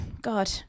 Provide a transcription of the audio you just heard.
God